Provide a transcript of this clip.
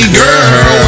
girl